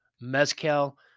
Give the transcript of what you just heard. mezcal